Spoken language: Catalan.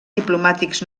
diplomàtics